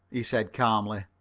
he said calmly.